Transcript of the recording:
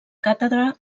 càtedra